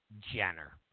Jenner